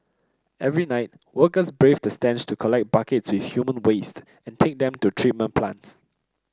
every night workers braved the stench to collect the buckets filled with human waste and take them to treatment plants